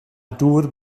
dŵr